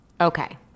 okay